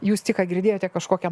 jūs tik ką girdėjote kažkokią